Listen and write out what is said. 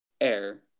air